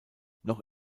noch